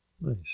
Nice